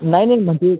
नाही नाही म्हणजे